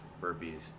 burpees